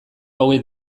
hauek